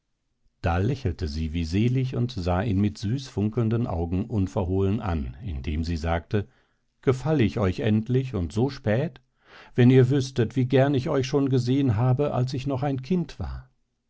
da lächelte sie wie selig und sah ihn mit süß funkelnden augen unverhohlen an indem sie sagte gefall ich euch endlich und so spät wenn ihr wüßtet wie gern ich euch schon gesehen habe als ich noch ein kind war